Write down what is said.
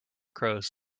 crows